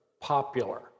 popular